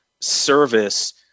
service